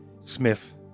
Smith